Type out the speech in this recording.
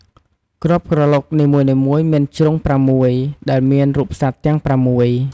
គ្រាប់ក្រឡុកនីមួយៗមានជ្រុងប្រាំមួយ ដែលមានរូបសត្វទាំងប្រាំមួយ។